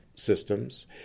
Systems